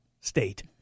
State